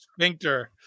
sphincter